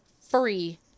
free